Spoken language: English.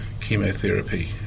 chemotherapy